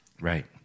Right